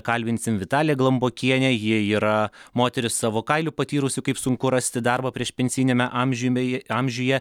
kalbinsim vitaliją glambokienę ji yra moteris savo kailiu patyrusi kaip sunku rasti darbą priešpensiniame amžiumi amžiuje